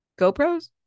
GoPros